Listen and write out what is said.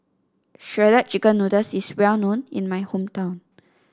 Shredded Chicken Noodles is well known in my hometown